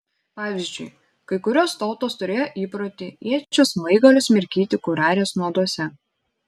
pavyzdžiui kai kurios tautos turėjo įprotį iečių smaigalius mirkyti kurarės nuoduose